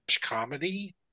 comedy